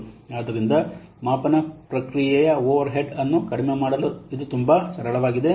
ಆದ್ದರಿಂದ ಮಾಪನ ಪ್ರಕ್ರಿಯೆಯ ಓವರ್ರ್ ಹೆಡ್ ಅನ್ನು ಕಡಿಮೆ ಮಾಡಲು ಇದು ತುಂಬಾ ಸರಳವಾಗಿದೆ